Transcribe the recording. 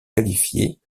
qualifiées